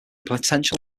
potential